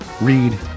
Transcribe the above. read